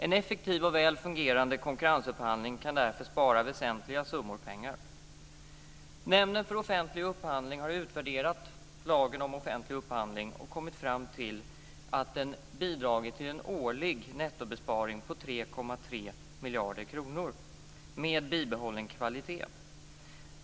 En effektiv och väl fungerande konkurrensupphandling kan därför spara väsentliga summor pengar. Nämnden för offentlig upphandling har utvärderat lagen om offentlig upphandling och kommit fram till att den bidragit till en årlig nettobesparing på 3,3 miljarder kronor med bibehållen kvalitet.